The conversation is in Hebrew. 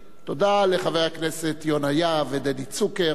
תודה לחברי הכנסת לשעבר יונה יהב ודדי צוקר,